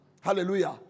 Hallelujah